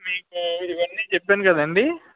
మీకు ఇవి అన్నీ చెప్పాను కదా అండి